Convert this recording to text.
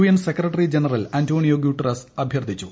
N secretary general Antonio Guterres അഭ്യർത്ഥിച്ചു